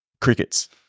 Crickets